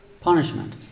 Punishment